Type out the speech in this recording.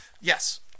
Yes